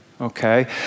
okay